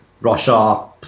Russia